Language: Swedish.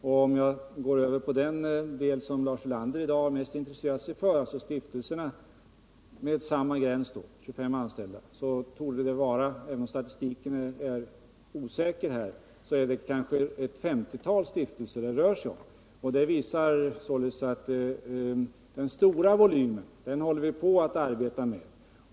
Och går jag över på den del som Lars Ulander i dag mest intresserar sig för, alltså stiftelserna, konstaterar jag att med samma gräns, 25 anställda, rör det sig om ett 50-tal stiftelser — även om statistiken är osäker här. Detta visar att det är den stora volymen vi håller på att arbeta med.